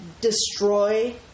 destroy